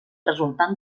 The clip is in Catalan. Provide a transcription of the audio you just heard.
resultant